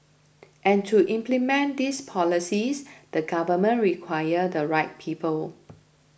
and to implement these policies the government require the right people